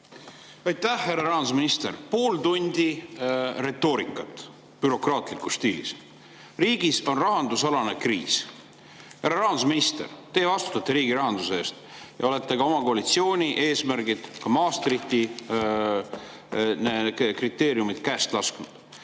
Aitäh! Härra rahandusminister! Pool tundi retoorikat bürokraatlikus stiilis. Riigis on rahanduskriis. Härra rahandusminister, teie vastutate riigi rahanduse eest ning olete oma koalitsiooni eesmärgid ja ka Maastrichti kriteeriumid käest lasknud.